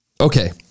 Okay